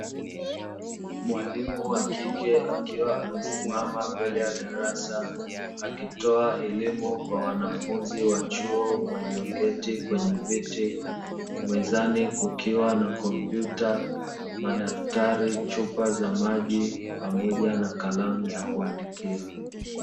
Mwalimu wa kike akiwa amesimama mbele ya darasa akitoa elimu kwa wanafunzi wa chuo walioketi kwenye viti, mezani kukiwa na kompyuta, madaftari, chupa za maji pamoja na kalamu za kuandikia.